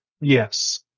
Yes